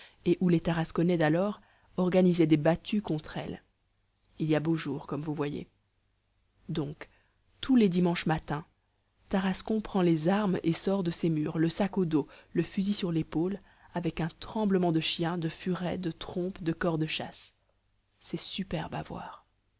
et où les tarasconnais d'alors organisaient des battues contre elle il y a beau jour comme vous voyez donc tous les dimanches matin tarascon prend les armes et sort de ses murs le sac au dos le fusil sur l'épaule avec un tremblement de chiens de furets de trompes de cors de chasse c'est superbe à voir